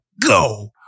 go